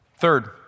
Third